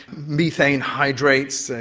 methane hydrates, and